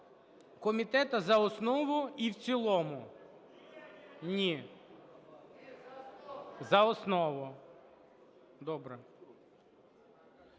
комітету за основу і в цілому. Ні. За основу, добре.